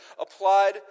applied